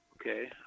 Okay